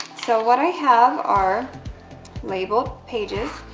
so, what i have are labeled pages,